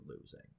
losing